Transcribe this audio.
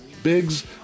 Biggs